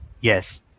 Yes